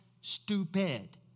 stupid